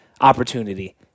opportunity